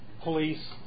police